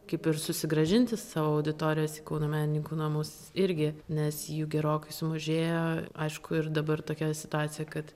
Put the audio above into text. kaip ir susigrąžinti savo auditorijas į kauno menininkų namus irgi nes jų gerokai sumažėję aišku ir dabar tokia situacija kad